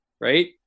right